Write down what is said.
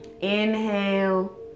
inhale